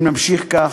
אם נמשיך כך,